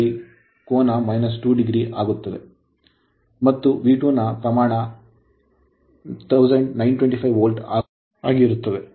5 ಕೋನ 2 ° ಆಗುತ್ತದೆ ಮತ್ತು V2 ನ ಪ್ರಮಾಣ 1925 ವೋಲ್ಟ್ ಆಗಿರುತ್ತದೆ